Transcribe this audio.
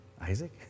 Isaac